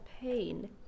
pain